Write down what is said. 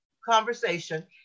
conversation